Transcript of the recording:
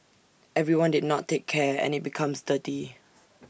everyone did not take care and IT becomes dirty